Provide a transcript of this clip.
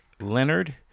Leonard